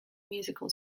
musical